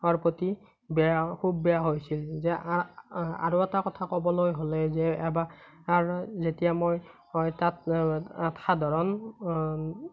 প্ৰতি বেয়া খুব বেয়া হৈছিল যে আৰু এটা কথা ক'বলৈ হ'লে যে যেতিয়া মই তাত সাধাৰণ